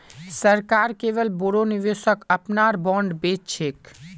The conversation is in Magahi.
सरकार केवल बोरो निवेशक अपनार बॉन्ड बेच छेक